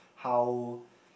how